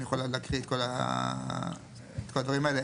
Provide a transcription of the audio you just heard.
אני יכול להקריא את כל הדברים האלה.